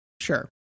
sure